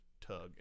tug